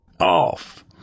...off